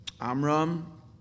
Amram